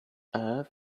earth